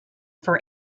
for